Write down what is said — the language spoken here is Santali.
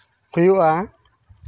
ᱦᱩᱭᱩᱜᱼᱟ